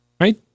Right